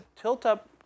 tilt-up